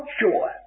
sure